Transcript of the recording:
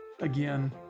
Again